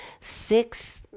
six